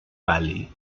valley